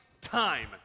time